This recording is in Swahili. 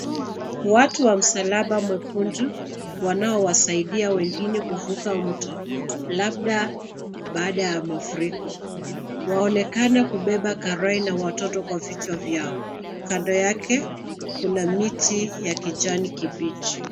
Watu wa msalaba mwekundu wanaowasaidia wengine kuvuka mto labda baada ya mafuriko waonekana kubeba karai na watoto kwa vichwa vyao. Kando yake kuna miti ya kijani kibichi.